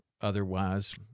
Otherwise